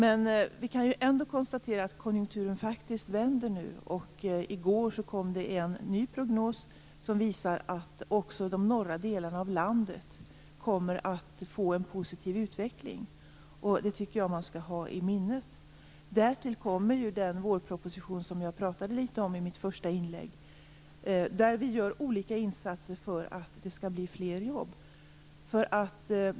Vi kan ändå konstatera att konjunkturen faktiskt vänder nu. I går kom det en ny prognos som visar att också de norra delarna av landet kommer att få en positiv utveckling, och det tycker jag att man skall ha i minnet. Därtill kommer den vårproposition som jag pratade litet om i mitt första inlägg, där vi gör olika insatser för att det skall bli fler jobb.